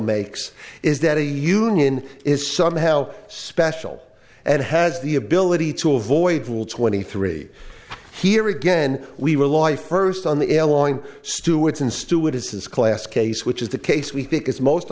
makes is that a union is somehow special and has the ability to avoid rule twenty three here again we rely first on the ailing stewards and stewardesses class case which is the case we think is most